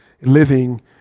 living